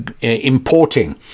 importing